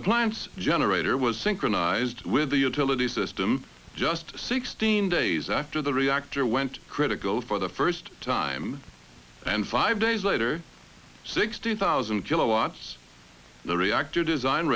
plant's generator was synchronised with the utility system just sixteen days after the reactor went critical for the first time and five days later sixty thousand kilowatts the reactor design